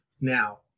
Now